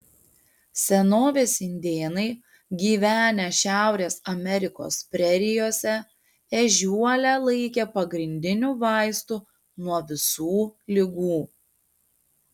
senovės indėnai gyvenę šiaurės amerikos prerijose ežiuolę laikė pagrindiniu vaistu nuo visų ligų